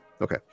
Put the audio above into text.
Okay